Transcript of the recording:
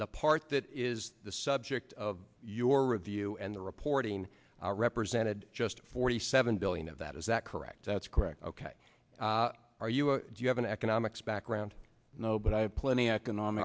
the part that is the subject of your review and the reporting represented just forty seven billion of that is that correct that's correct ok are you do you have an economics background no but i have plenty economic